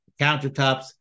countertops